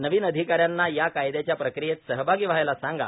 नवीन अधिकाऱ्यांना या कायदयाच्या प्रक्रियेत सहभागी व्हायला सांगा